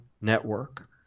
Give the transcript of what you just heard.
network